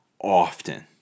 often